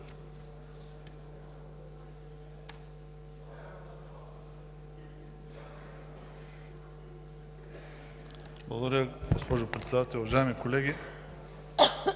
Благодаря, госпожо Председател! Уважаеми колеги!